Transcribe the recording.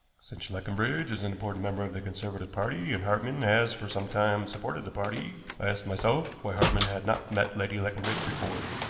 since leconbridge is an important member of the conservative party, and hartmann has for some time supported the party, i asked myself why hartmann had not met lady leconbridge before.